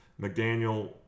McDaniel